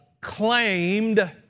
claimed